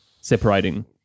separating